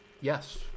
Yes